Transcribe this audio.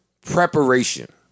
preparation